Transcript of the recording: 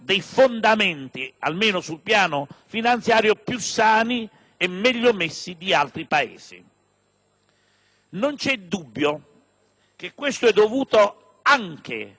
Non c'è dubbio che ciò è dovuto anche, naturalmente, ad una certa impostazione della politica economica e finanziaria.